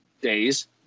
days